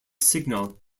signal